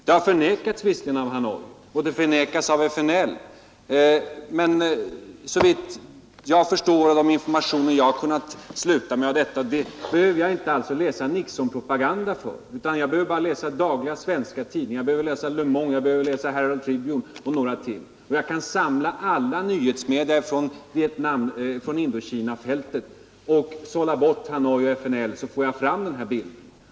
Det har visserligen förnekats av Hanoi, och det förnekas av FNL, men för att kunna dra slutsatser om att det verkligen är en massiv offensiv behöver jag inte läsa Nixonpropaganda, utan jag behöver bara läsa dagliga svenska tidningar och Le Monde och Herald Tribune och några till. Jag kan samla alla nyhetsmedia från Indokinafältet, sålla bort Hanoi och FNL, och då får jag fram den här bilden.